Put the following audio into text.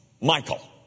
Michael